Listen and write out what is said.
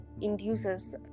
induces